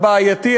הבעייתי,